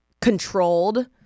controlled